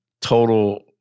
total